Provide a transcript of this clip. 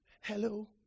Hello